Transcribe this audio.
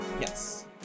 Yes